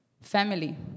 family